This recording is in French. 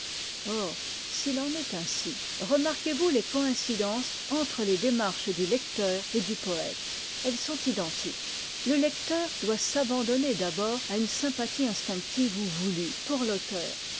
or s'il en est ainsi remarquez vous les coïncidences entre les démarches du lecteur et du poète elles sont identiques le lecteur doit s'abandonner d'abord à une sympathie instinctive ou voulue pour l'auteur